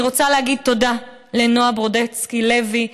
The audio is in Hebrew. אני רוצה להגיד תודה לנועה ברודצקי לוי,